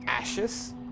Ashes